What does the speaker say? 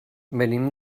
venim